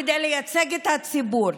כדי לייצג את הציבור.